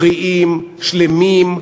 בריאים, שלמים,